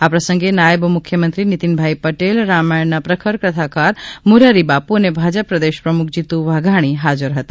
આ પ્રસંગે નાયબમુખ્યમંત્રી નિતિનભાઇ પટેલ રામાયણના પ્રખર કથાકાર મોરારીબાપુ અને ભાજપ પ્રદેશ પ્રમુખ જીતુભાઇ વાઘાણી હાજર હતા